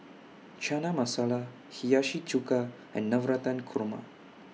Chana Masala Hiyashi Chuka and Navratan Korma